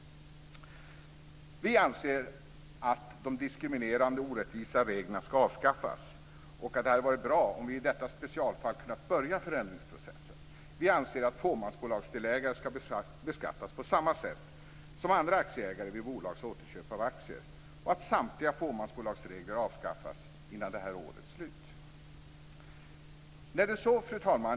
Vi anser att de diskriminerande och orättvisa reglerna avskaffas och att det hade varit bra om vi i detta specialfall kunnat börja förändringsprocessen. Vi anser att fåmansbolagsdelägare ska beskattas på samma sätt som andra aktieägare vid bolags återköp av aktier och att samtliga fåmansbolagsregler avskaffas före årets slut. Fru talman!